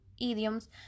idioms